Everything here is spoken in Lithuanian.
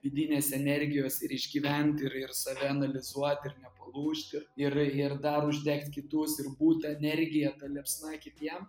vidinės energijos ir išgyvent ir ir save analizuot ir nepalūžt ir ir dar uždegt kitus ir būt ta energija ta liepsna kitiem